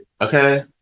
Okay